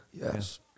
Yes